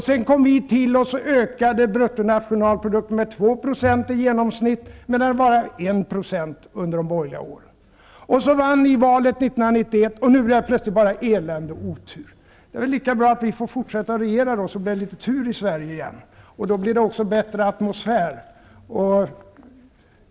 Sedan kom vi, och bruttonationalprodukten ökade med 2 % i genomsnitt-- mot bara 1 % under de borgerliga åren. Så vann ni valet 1991, och nu är det helt plötsligt bara elände och otur. Det är väl lika bra att vi får fortsätta att regera, så att det blir litet tur i Sverige igen. Då blir det också en bättre atmosfär.